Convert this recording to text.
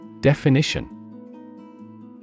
Definition